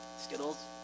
Skittles